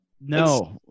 No